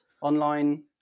online